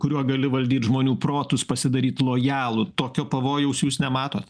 kuriuo gali valdyt žmonių protus pasidaryt lojalų tokio pavojaus jūs nematot